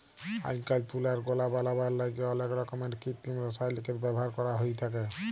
আইজকাইল তুলার গলা বলাবার ল্যাইগে অলেক রকমের কিত্তিম রাসায়লিকের ব্যাভার ক্যরা হ্যঁয়ে থ্যাকে